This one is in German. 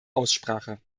aussprache